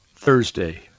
Thursday